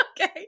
Okay